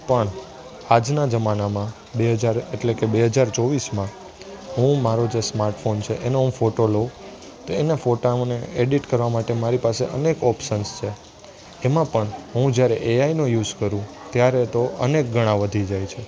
પણ આજના જમાનામાં બે હજાર એટલે કે બે હજાર ચોવીસમાં હું મારો જે સ્માર્ટફોન છે એનો હું ફોટો લઉં તો એના ફોટા મને એડિટ કરવા માટે મારી પાસે અનેક ઓપસન્સ છે એમાં પણ હું જ્યારે એઆઈનો યુસ કર્યું ત્યારે તો અનેકગણા વધી જાય છે